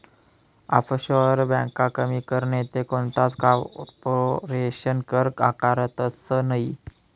offshore ब्यांका कमी कर नैते कोणताच कारपोरेशन कर आकारतंस नयी